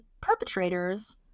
perpetrators